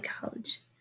college